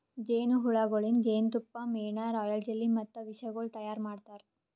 ಜೇನು ಹುಳಗೊಳಿಂದ್ ಜೇನತುಪ್ಪ, ಮೇಣ, ರಾಯಲ್ ಜೆಲ್ಲಿ ಮತ್ತ ವಿಷಗೊಳ್ ತೈಯಾರ್ ಮಾಡ್ತಾರ